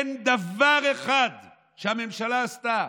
אין דבר אחד שהממשלה עשתה.